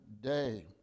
day